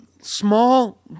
Small